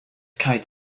kite